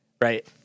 right